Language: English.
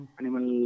animal